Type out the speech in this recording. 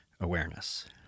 awareness